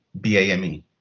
BAME